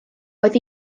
oedd